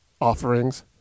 offerings